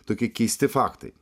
tokie keisti faktai